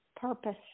purpose